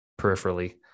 peripherally